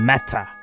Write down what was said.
Matter